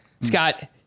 Scott